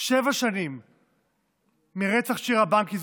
שבע שנים מרצח שירה בנקי,